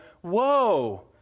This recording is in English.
whoa